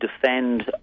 defend